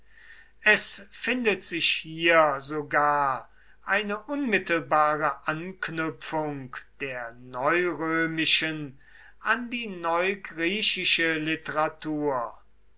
es findet sich hier sogar eine unmittelbare anknüpfung der neurömischen an die neugriechische literatur